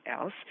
else